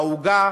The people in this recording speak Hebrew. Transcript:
העוגה